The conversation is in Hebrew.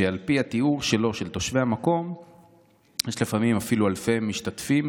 שעל פי התיאור שלו של תושבי המקום יש לפעמים אפילו אלפי משתתפים